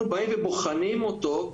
אנחנו באים ובוחנים אותו,